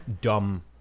dumb